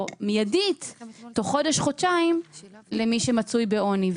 מיידית תוך חודש-חודשיים למי שמצוי בעוני,